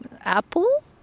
apple